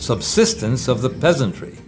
subsistence of the peasantry